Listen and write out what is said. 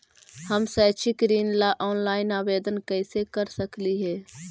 हम शैक्षिक ऋण ला ऑनलाइन आवेदन कैसे कर सकली हे?